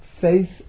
face